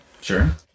sure